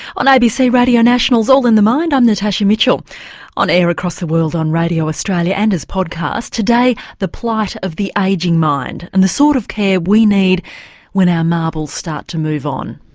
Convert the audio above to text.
on abc radio national's all in the mind i'm natasha mitchell on air across the world on radio australia and as podcast. today the plight of the ageing mind and the sort of care we need when our marbles start to move on.